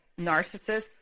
narcissists